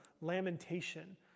lamentation